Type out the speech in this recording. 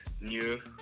new